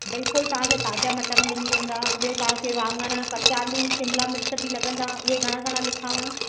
बिल्कुलु तव्हांखे ताज़ा मटर मिली वेंदा ॿियो तव्हांखे वांगण कचाआलू शिमला मिर्च बि लॻंदा उहे घणा घणा लिखांव